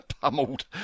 pummeled